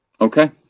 okay